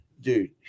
Dude